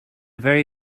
very